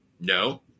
No